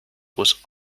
was